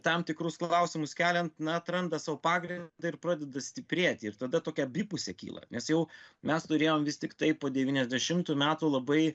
tam tikrus klausimus keliant na atranda sau pagrindą ir pradeda stiprėti ir tada tokia abipusė kyla nes jau mes turėjom vis tiktai po devyniasdešimtų metų labai